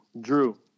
Drew